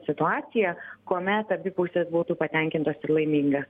situacija kuomet abi pusės būtų patenkintos ir laiminga